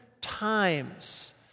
times